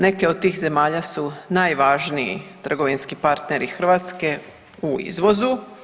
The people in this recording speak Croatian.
Neke od tih zemalja su najvažniji trgovinski partneri Hrvatske u izvozu.